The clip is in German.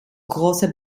großer